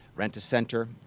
Rent-A-Center